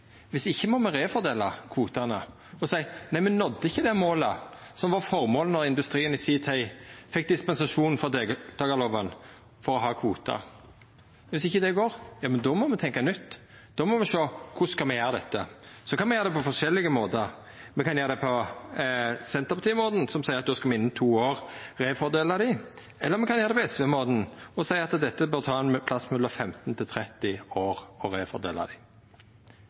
ikkje må me refordela kvotane og seia: Me nådde ikkje det målet som var føremålet då industrien i si tid fekk dispensasjon frå deltakerloven for å ha kvotar. Dersom ikkje det går, må me tenkja nytt. Då må me sjå på: Korleis skal me gjera dette? Me kan gjera det på forskjellige måtar. Me kan gjera det på Senterparti-måten, som er at då skal me refordela kvotane innan to år, eller me kan gjera det på SV-måten, som er at det bør ta ein plass mellom 15 og 30 år å refordela dei.